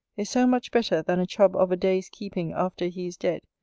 is so much better than a chub of a day's keeping after he is dead,